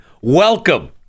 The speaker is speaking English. Welcome